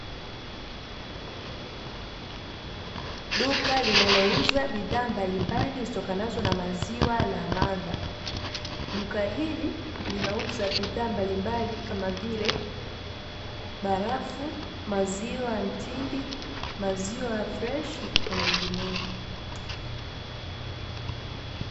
Duka linalouza bidhaa mbalimbali zitokana na maziwa la madha. Duka hili linauza bidhaa mbalimbali kama vile barafu, maziwa ya mtindi, maziwa freshi na mengineyo.